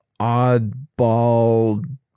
oddball